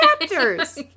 chapters